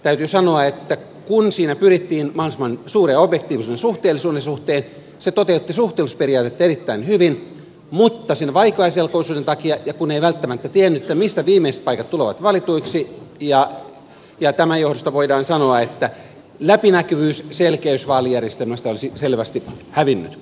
täytyy sanoa että kun siinä pyrittiin mahdollisimman suureen objektiivisuuteen suhteellisuuden suhteen se toteutti suhteellisuusperiaatetta erittäin hyvin mutta sen vaikeaselkoisuuden takia ja kun ei välttämättä tiennyt mistä viimeiset paikat tulevat valituiksi voidaan sanoa että läpinäkyvyys ja selkeys vaalijärjestelmästä olisivat selvästi hävinneet